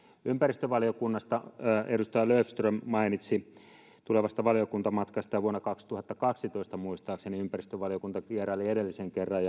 ympäristövaliokunnasta edustaja löfström mainitsi tulevasta valiokuntamatkasta ja vuonna kaksituhattakaksitoista muistaakseni ympäristövaliokunta vieraili edellisen kerran